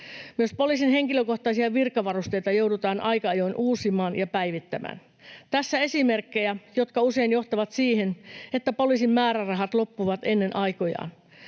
Myös poliisin henkilökohtaisia virkavarusteita joudutaan aika ajoin uusimaan ja päivittämään. Tässä esimerkkejä, jotka usein johtavat siihen, että poliisin määrärahat loppuvat ennen aikojaan.